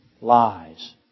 lies